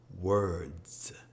words